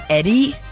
Eddie